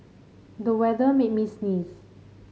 the weather made me sneeze